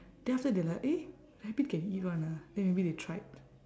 then after that they like eh rabbit can eat [one] ah then maybe they tried